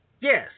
Yes